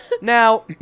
Now